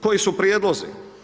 Koji su prijedlozi?